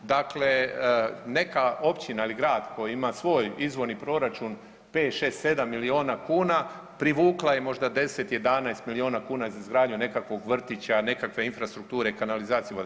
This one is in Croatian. Dakle neka općina ili grad koji ima svoj izvorni proračun 5, 6, 7 milijuna kuna privukla je možda 10, 11 milijuna kuna za izgradnju nekakvog vrtića, nekakve infrastrukture, kanalizacije, vode.